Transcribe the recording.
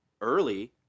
early